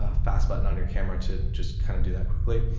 ah fast button on your camera to just kind of do that quickly.